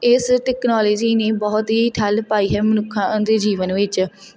ਇਸ ਟੈਕਨੋਲਜੀ ਨੇ ਬਹੁਤ ਹੀ ਠੱਲ੍ਹ ਪਾਈ ਹੈ ਮਨੁੱਖਾਂ ਦੇ ਜੀਵਨ ਵਿੱਚ